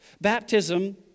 Baptism